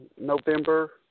November –